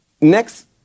next